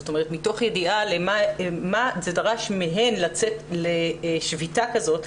זאת אומרת מתוך ידיעה מה זה דרש מהן לצאת לשביתה כזאת,